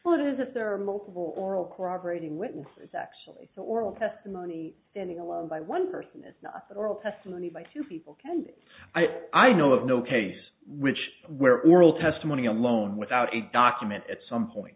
well it is if there are multiple oral corroborating witnesses actually so oral testimony standing alone by one person is not the oral testimony by two people can i i know of no case which where oral testimony alone without a document at some point